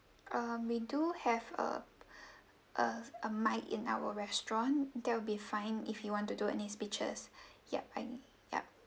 um we do have a a a mic in our restaurant that'll be fine if you want to do any speeches ya and ya